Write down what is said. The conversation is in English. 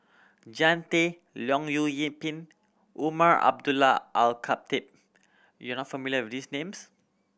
Jean Tay Leong Yoon Pin Umar Abdullah Al Khatib you are not familiar with these names